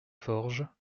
forges